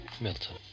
Milton